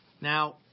Now